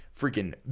freaking